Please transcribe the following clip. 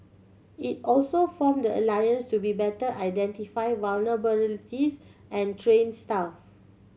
it also form the alliance to be better identify vulnerabilities and train staff